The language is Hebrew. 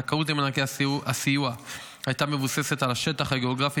הזכאות למענקי הסיוע הייתה מבוססת על השטח הגיאוגרפי